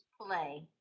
play